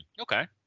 okay